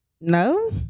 No